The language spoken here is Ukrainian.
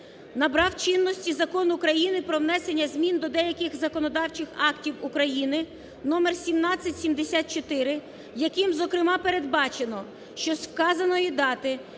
набрав чинності Закон України "Про внесення змін до деяких законодавчих актів України" (№1774), яким, зокрема, передбачено, що з вказаної дати